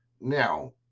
Now